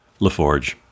LaForge